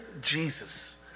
Jesus